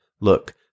Look